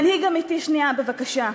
נא לסיים.